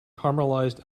caramelized